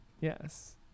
Yes